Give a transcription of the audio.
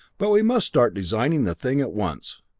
but we must start designing the thing at once!